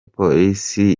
polisi